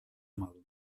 mal